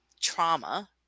trauma